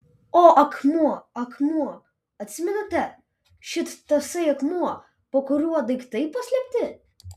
o akmuo akmuo atsimenate šit tasai akmuo po kuriuo daiktai paslėpti